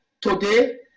today